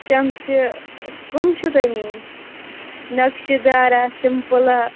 چَمچہٕ کَم چھِو تۄہہِ نِنۍ نَقشہٕ دارا سِمپٕلہ